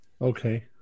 Okay